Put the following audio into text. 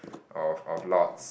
of of lots